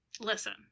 Listen